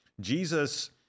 Jesus